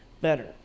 better